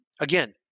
again